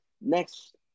next